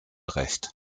recht